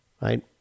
right